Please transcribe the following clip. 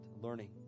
learning